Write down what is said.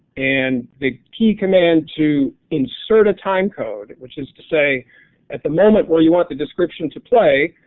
and the key command to insert a time code, which is to say at the moment where you want the description to play,